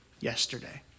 yesterday